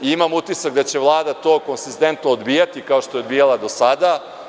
Imam utisak da će Vlada to konzistentno odbijati, kao što je odbijala do sada.